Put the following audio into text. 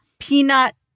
Peanut